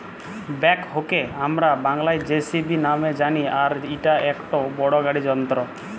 ব্যাকহোকে হামরা বাংলায় যেসিবি নামে জানি আর ইটা একটো বড় গাড়ি যন্ত্র